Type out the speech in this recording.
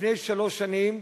לפני שלוש שנים,